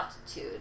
altitude